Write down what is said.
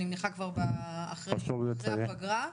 אני מניחה שאחרי הפגרה.